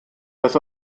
das